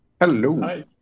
Hello